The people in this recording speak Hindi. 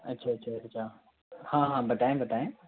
अच्छा अच्छा अच्छा हाँ हाँ बताएँ बताएँ